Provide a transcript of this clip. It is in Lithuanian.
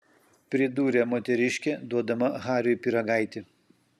pridūrė moteriškė duodama hariui pyragaitį